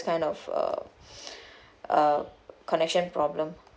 kind of uh uh connection problem